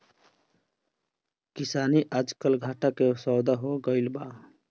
किसानी आजकल घाटा के सौदा हो गइल बा